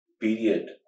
period